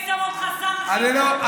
הייתי שמה אותך שר החינוך.